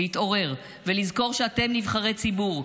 להתעורר ולזכור שאתם נבחרי ציבור,